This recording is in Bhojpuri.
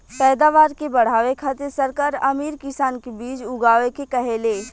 पैदावार के बढ़ावे खातिर सरकार अमीर किसान के बीज उगाए के कहेले